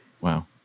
wow